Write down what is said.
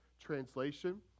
translation